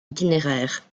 itinéraire